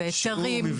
היתרים?